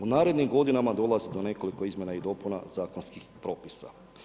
U narednim godinama dolazi do nekoliko izmjena i dopuna zakonskih propisa.